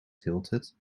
tilted